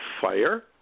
fire